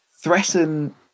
Threaten